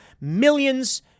millions